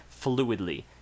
fluidly